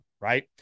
right